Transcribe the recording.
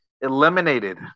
eliminated